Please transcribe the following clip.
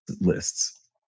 lists